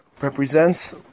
represents